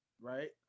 Right